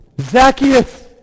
Zacchaeus